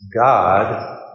God